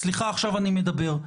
סליחה, עכשיו אני מדבר.